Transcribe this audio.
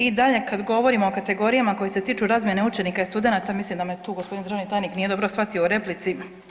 I dalje kad govorimo o kategorijama koje se tiču razmjene učenika i studenata, mislim da me tu g. državni tajnik nije dobro shvatio u replici.